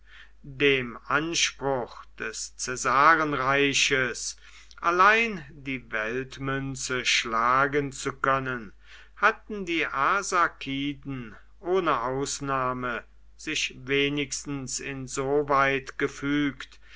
dem anspruch des caesarenreiches allein die weltmünze schlagen zu können hatten die arsakiden ohne ausnahme sich wenigstens insoweit gefügt